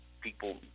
People